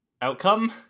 outcome